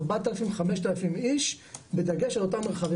4,000-5,000 איש בדגש על אותם מרחבים,